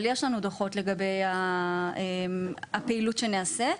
אבל יש לנו דוחות לגבי הפעילות שנעשית.